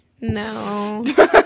No